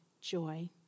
joy